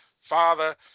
father